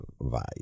vibe